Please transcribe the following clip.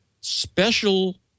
special